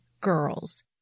girls